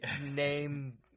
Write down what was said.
name